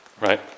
Right